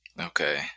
Okay